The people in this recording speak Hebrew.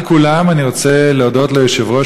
מעל כולם אני רוצה להודות ליושב-ראש,